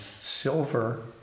silver